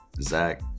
Zach